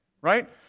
right